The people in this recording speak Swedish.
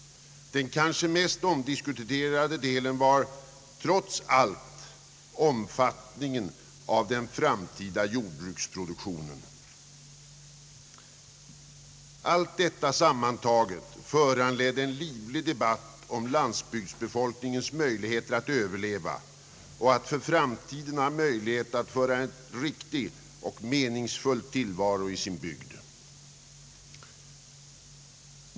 Den kanske mest omdiskuterade delen av beslutet var trots allt omfatt Allt detta sammantaget föranledde en livlig debatt om landsbygdsbefolkningens möjligheter att överleva och att för framtiden ha möjlighet att föra en riktig och meningsfull tillvaro i sin bygd.